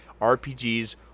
RPGs